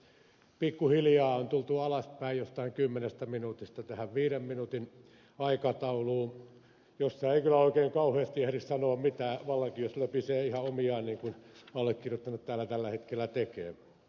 pikkuhiljaa on tultu alaspäin jostain kymmenestä minuutista tähän viiden minuutin aikatauluun jossa ei kyllä oikein kauheasti ehdi sanoa mitään vallankin jos löpisee ihan omiaan niin kuin allekirjoittanut täällä tällä hetkellä tekee